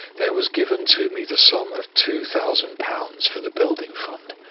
there was given to me the sum of two thousand pounds for the building fund.